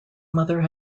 mother